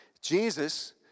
jesus